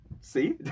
See